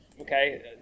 okay